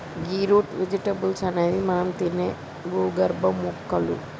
గీ root vegetables అనేవి మనం తినే భూగర్భ మొక్కలు